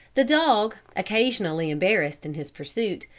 the dog, occasionally embarrassed in his pursuit,